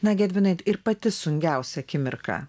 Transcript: nagi edvinai ir pati sunkiausia akimirka